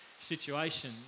situation